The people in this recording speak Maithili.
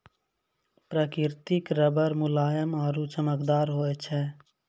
प्रकृतिक रबर मुलायम आरु चमकदार होय छै